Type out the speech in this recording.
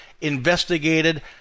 investigated